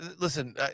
listen